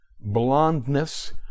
blondness